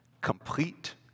Complete